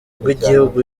rw’igihugu